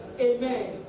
Amen